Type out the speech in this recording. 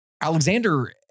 Alexander